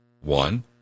One